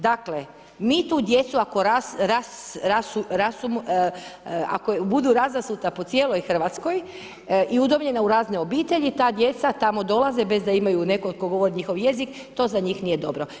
Dakle, mi tu djecu ako budu razasuta po cijeloj Hrvatskoj i udomljena u razne obitelji, ta djeca tamo dolaze bez da imaju nekog tko govori njihov jezik to za njih nije dobro.